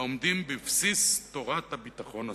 העומדים בבסיס תורת הביטחון הסוציאלי.